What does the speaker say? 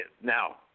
now